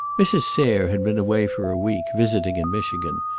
mrs. sayre had been away for a week, visiting in michigan,